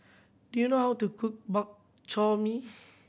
do you know how to cook Bak Chor Mee